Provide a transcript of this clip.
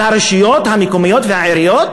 על הרשויות המקומיות והעיריות,